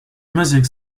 music